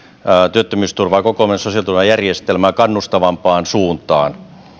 työttömyysturvaa koko meidän sosiaaliturvajärjestelmää kannustavampaan suuntaan